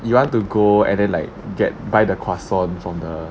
you want to go and then like get buy the croissant from the